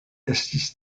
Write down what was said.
estis